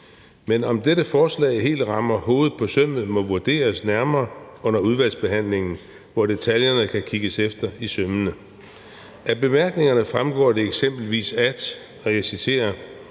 Men om dette forslag helt rammer hovedet på sømmet, må vurderes nærmere under udvalgsbehandlingen, hvor detaljerne kan kigges efter i sømmene. Af bemærkningerne fremgår det eksempelvis, og jeg citerer: